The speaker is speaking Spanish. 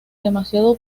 demasiado